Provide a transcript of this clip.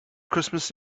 christmas